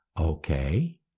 Okay